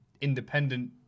independent